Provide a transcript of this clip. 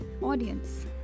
audience